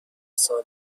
سالم